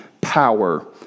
power